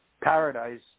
paradise